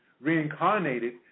reincarnated